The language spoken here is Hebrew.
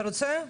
אתה רוצה?